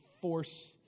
force